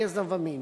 גזע ומין".